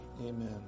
amen